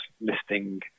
listing